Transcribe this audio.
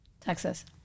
Texas